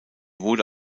wurde